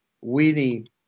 winning